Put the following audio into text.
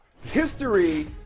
history